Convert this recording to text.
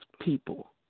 people